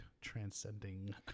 transcending